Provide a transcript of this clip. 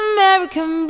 American